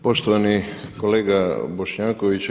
Poštovani kolega Bošnjaković.